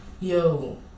Yo